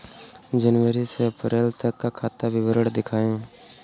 जनवरी से अप्रैल तक का खाता विवरण दिखाए?